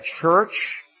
church